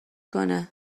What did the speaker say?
کنه